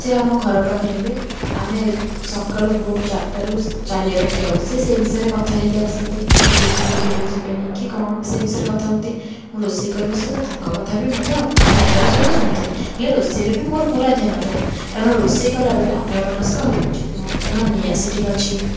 ସେ ଆମ ଘର ପାଖର ହେବେ ଆମେ ସକାଳୁ ଭୋରୁ ଚାରିଟାରୁ ଚାଲିବା ପାଇଁ ଯାଉ ସେ ସେଇ ବିଷୟରେ କଥା ହେଇତେ ଆସନ୍ତି କି କେବେ ଯିବେ କେବେ ଯିବେନି କି କ'ଣ ସେ ବିଷୟରେ କଥା ହୁଅନ୍ତି ମୁଁ ରୋଷେଇ କରିବା ସହିତ ତାଙ୍କ କଥା ବି ମଧ୍ୟ ଧ୍ୟାନର ସହିତ ଶୁଣୁଥାଏ ହେଲେ ରୋଷେଇରେ ବି ମୋର ପୁରା ଧ୍ୟାନ ଥାଏ କାରଣ ରୋଷେଇ କଲା ବେଳେ ଅନ୍ୟମନସ୍କ ହେବା ଉଚିତ୍ ନୁହଁ କାରଣ ନିଆଁ ସେଠି ଅଛି